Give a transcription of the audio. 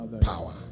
power